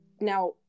Now